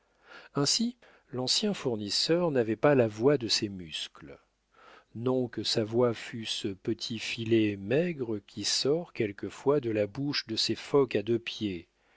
ainsi l'ancien fournisseur n'avait pas la voix de ses muscles non que sa voix fût ce petit filet maigre qui sort quelquefois de la bouche de ces phoques à deux pieds